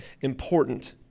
important